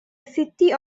city